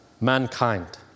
mankind